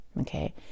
Okay